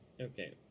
Okay